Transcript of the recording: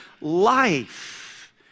life